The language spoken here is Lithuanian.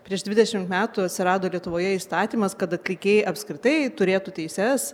prieš dvidešimt metų atsirado lietuvoje įstatymas kad atlikėji apskritai turėtų teises